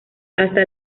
hasta